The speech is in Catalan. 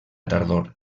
tardor